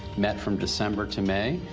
met from december to may.